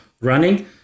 running